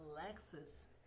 alexis